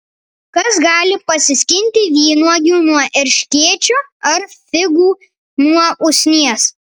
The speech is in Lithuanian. kas gali pasiskinti vynuogių nuo erškėčio ar figų nuo usnies